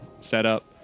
setup